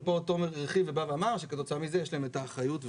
ופה תומר הרחיב ואמר שכתוצאה מזה יש להם את האחריות וכולי.